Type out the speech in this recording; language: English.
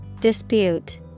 Dispute